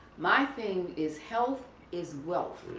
my thing is health is wealth.